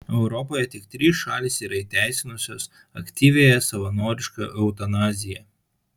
europoje tik trys šalys yra įteisinusios aktyviąją savanorišką eutanaziją